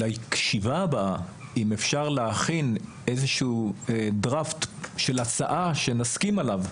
לישיבה הבאה אם אפשר להכין איזה שהוא דרפט של הצעה שנסכים עליו,